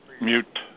mute